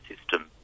system